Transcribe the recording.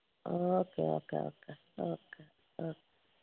okay okay okay